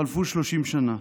חלפו 30 שנה.